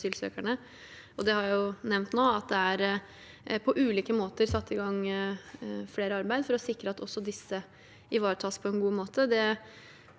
Jeg har nevnt nå at det på ulike måter er satt i gang flere arbeid for å sikre at også disse ivaretas på en god måte.